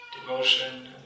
devotion